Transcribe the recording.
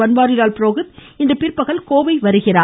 பன்வாரிலால் புரோஹித் இன்று பிற்பகல் கோவை வருகிறார்